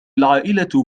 العائلة